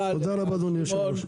שנה.